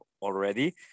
already